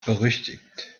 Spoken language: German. berüchtigt